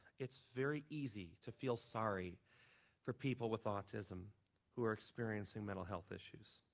it's very easy to feel sorry for people with autism who are experiencing mental health issues.